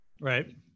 Right